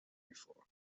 before